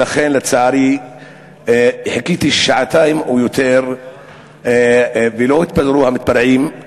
לצערי חיכיתי שעתיים או יותר ולא התפזרו המתפרעים.